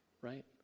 Right